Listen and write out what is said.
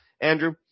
Andrew